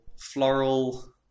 floral